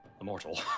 immortal